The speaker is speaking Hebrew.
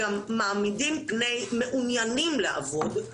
גם מעמידים פני מעוניינים לעבוד,